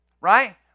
right